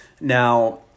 now